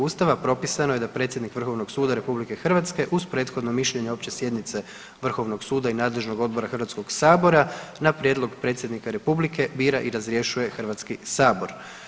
Ustava propisano je da predsjednik Vrhovnog suda RH uz prethodno mišljenje Opće sjednice Vrhovnog suda i nadležnog odbora Hrvatskog sabora na prijedlog predsjednika Republike bira i razrješuje Hrvatski sabor.